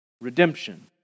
redemption